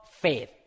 faith